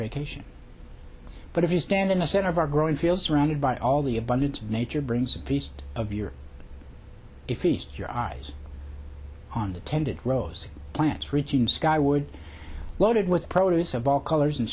vacation but if you stand in the center of our growing field surrounded by all the abundance of nature brings a feast of your defeats your eyes on the tended rose plants reaching skyward loaded with produce of all colors and